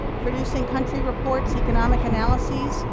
producing country reports, economic analysis,